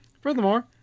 Furthermore